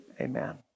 amen